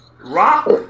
rock